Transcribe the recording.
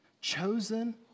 Chosen